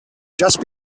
just